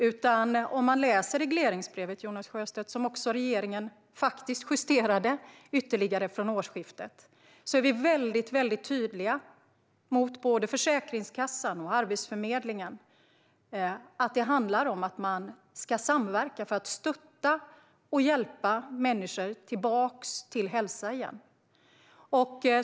I regleringsbrevet, som regeringen också justerade ytterligare från årsskiftet, är vi, Jonas Sjöstedt, väldigt tydliga gentemot både Försäkringskassan och Arbetsförmedlingen med att det handlar om att samverka för att stötta och hjälpa människor tillbaka till hälsa.